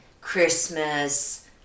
Christmas